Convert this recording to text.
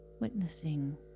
witnessing